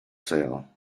sale